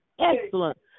excellent